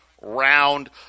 round